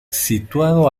situado